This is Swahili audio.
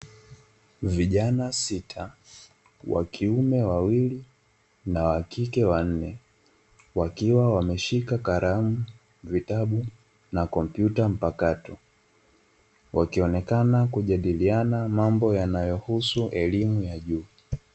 Vijana sita, wa kiume wawili na wa kike wanne, wakiwa wameshika kalamu, vitabu na kompyuta mpakato, wakionekana kujadiliana mambo yanayohusu elimu ya juu.